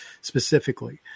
specifically